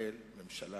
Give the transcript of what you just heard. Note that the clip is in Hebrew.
בישראל ממשלה